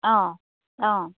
অঁ অঁ